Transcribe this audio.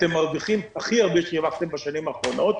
אתם מרוויחים הכי הרבה שהרווחתם בשנים האחרונות,